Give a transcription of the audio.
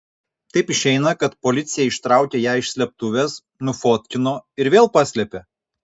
taip išeina kad policija ištraukė ją iš slėptuvės nufotkino ir vėl paslėpė